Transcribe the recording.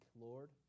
Lord